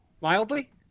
Mildly